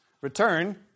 return